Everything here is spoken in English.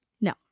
No